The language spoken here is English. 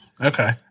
Okay